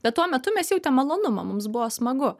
bet tuo metu mes jautėm malonumą mums buvo smagu